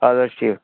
اَدٕ حظ ٹھیٖک